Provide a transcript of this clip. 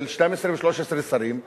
של 12 או 13 שרים,